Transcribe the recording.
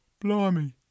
Blimey